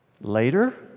later